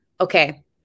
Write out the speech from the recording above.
okay